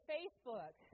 Facebook